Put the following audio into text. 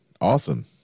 Awesome